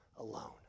Alone